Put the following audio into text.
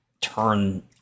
turn